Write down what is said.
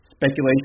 Speculation